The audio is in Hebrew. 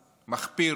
מחפיר,